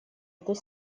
этой